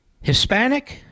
Hispanic